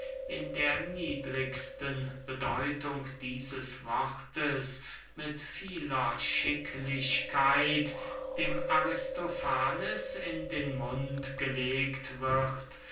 in der niedrigsten bedeutung dieses wortes mit vieler schicklichkeit dem aristofanes in den mund gelegt wird